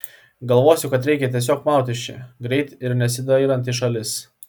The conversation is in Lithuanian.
galvosiu kad reikia tiesiog maut iš čia greit ir nesidairant į šalis